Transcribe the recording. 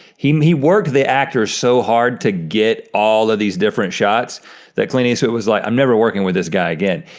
he um he worked the actor so hard to get all of these different shots that clint eastwood was like, i'm never working with this guy again.